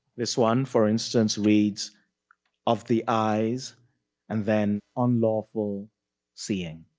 this one, for instance, reads of the eyes and then unlawful seeing.